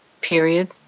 Period